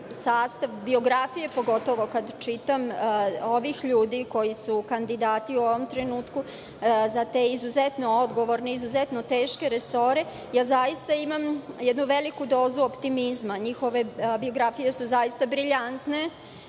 sastav, pogotovo kad čitam biografije ovih ljudi koji su kandidati u ovom trenutku za te izuzetno odgovorne, izuzetno teške resore, zaista imam jednu veliku dozu optimizma. Njihove biografije su zaista briljantne.